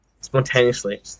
Spontaneously